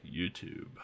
YouTube